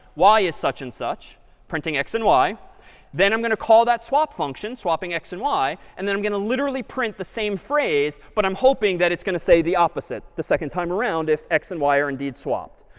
y is such and such printing x and y then i'm going to call that swap function, swapping x and y. and then i'm going to literally print the same phrase. but i'm hoping that it's going to say the opposite the second time around if x and y are indeed swapped.